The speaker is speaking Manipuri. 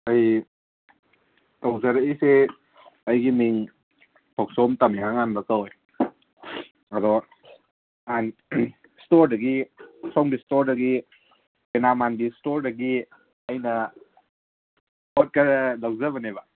ꯑꯩ ꯇꯧꯖꯔꯛꯏꯁꯦ ꯑꯩꯒꯤ ꯃꯤꯡ ꯊꯣꯛꯆꯣꯝ ꯇꯝꯌꯥꯉꯥꯟꯕ ꯀꯧꯋꯦ ꯑꯗꯣ ꯏꯁꯇꯣꯔꯗꯒꯤ ꯁꯣꯝꯒꯤ ꯏꯁꯇꯣꯔꯗꯒꯤ ꯀꯩꯅꯥ ꯃꯥꯟꯕꯤ ꯏꯁꯇꯣꯔꯗꯒꯤ ꯑꯩꯅ ꯄꯣꯠ ꯈꯔ ꯂꯧꯖꯕꯅꯦꯕ